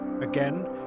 Again